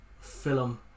film